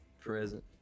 present